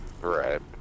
Right